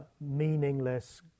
meaningless